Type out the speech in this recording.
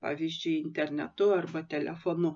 pavyzdžiui internetu arba telefonu